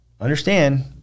understand